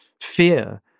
fear